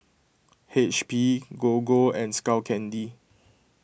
H P Gogo and Skull Candy